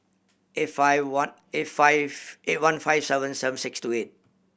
eight five one eight five eight one five seven seven six two eight